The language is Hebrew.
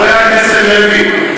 חבר הכנסת לוי,